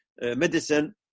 medicine